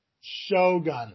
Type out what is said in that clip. Shogun